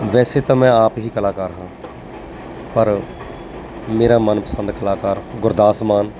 ਵੈਸੇ ਤਾਂ ਮੈਂ ਆਪ ਹੀ ਕਲਾਕਾਰ ਹਾਂ ਪਰ ਮੇਰਾ ਮਨ ਪਸੰਦ ਕਲਾਕਾਰ ਗੁਰਦਾਸ ਮਾਨ